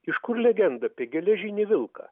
iš kur legenda apie geležinį vilką